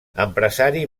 empresari